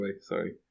Sorry